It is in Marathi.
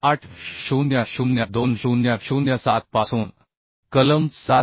800 2007 पासून कलम 7